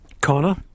Connor